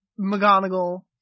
McGonagall